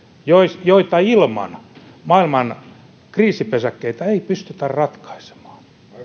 joita joita ilman maailman kriisipesäkkeitä ei pystytä ratkaisemaan